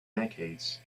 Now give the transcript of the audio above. decades